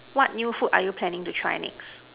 what new food are you planning to try next